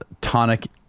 tonic